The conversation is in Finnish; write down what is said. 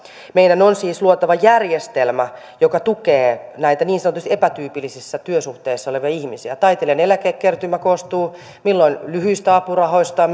meidän on siis luotava järjestelmä joka tukee näitä niin sanotusti epätyypillisissä työsuhteissa olevia ihmisiä taiteilijan eläkekertymä koostuu milloin lyhyistä apurahoista